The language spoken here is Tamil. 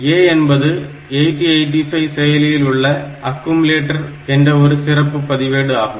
A என்பது 8085 செயலியில் உள்ள அக்குமுலேட்டர் என்ற ஒரு சிறப்பு பதிவேடு ஆகும்